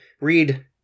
read